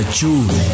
choose